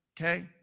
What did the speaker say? okay